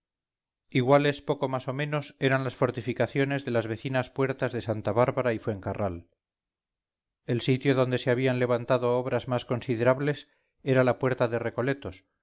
extensión iguales poco más o menos eran las fortificaciones de las vecinas puertas de santa bárbara y fuencarral el sitio donde se habían levantado obras más considerables era la puerta de recoletos